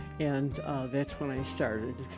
and that's when i started,